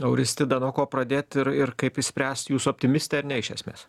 auristida nuo ko pradėt ir ir kaip išspręst jūs optimistė ar ne iš esmės